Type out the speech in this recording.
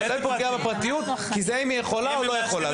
אין כניסה לפרטיות כי זה אם היא יכולה או לא יכולה.